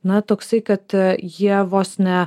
na toksai kad jie vos ne